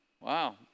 wow